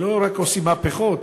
זה לא רק לעשות מהפכות,